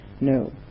no